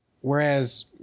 Whereas